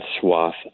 swath